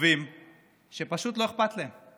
וטובים שפשוט לא אכפת להם.